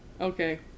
Okay